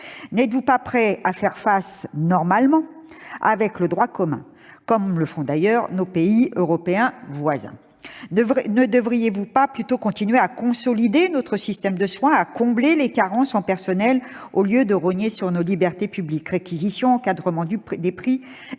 N'êtes-vous pas prêt à y faire face normalement, en ayant recours au droit commun, comme le font d'ailleurs les pays européens voisins ? Ne devriez-vous pas plutôt continuer à consolider notre système de soins et à combler les carences en personnel au lieu de rogner sur nos libertés publiques ?